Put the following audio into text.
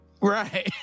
Right